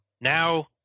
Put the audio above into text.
now